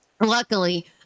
luckily